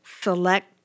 select